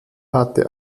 hatte